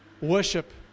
Worship